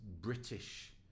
British